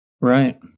Right